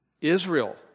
Israel